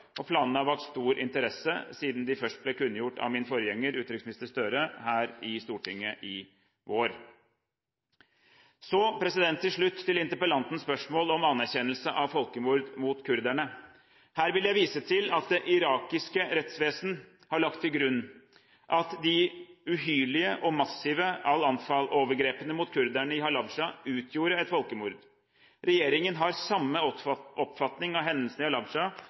stor interesse siden de først ble kunngjort av min forgjenger, utenriksminister Gahr Støre, her i Stortinget i vår. Så til slutt til interpellantens spørsmål om anerkjennelse av folkemord mot kurderne. Her vil jeg vise til at det irakiske rettsvesen har lagt til grunn at de uhyrlige og massive Anfal-overgrepene mot kurdere i Halabja utgjorde et folkemord. Regjeringen har samme oppfatning av hendelsene i